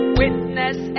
witness